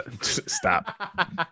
Stop